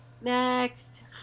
Next